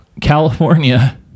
California